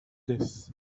this